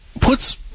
puts